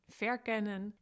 verkennen